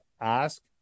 ask